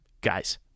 Guys